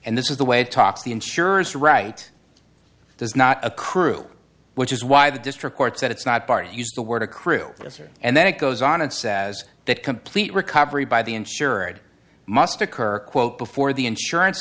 and this is the way talks the insurers right there's not a crew which is why the district court said it's not party to use the word accrue as here and then it goes on and says that complete recovery by the insured must occur quote before the insurance